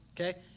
Okay